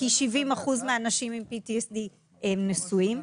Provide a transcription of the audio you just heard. כי 70% מהאנשים עם PTSD הם נשואים,